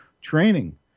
training